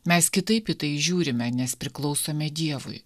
mes kitaip į tai žiūrime nes priklausome dievui